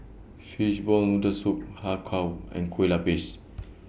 Fishball Noodle Soup Har Kow and Kueh Lapis